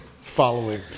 following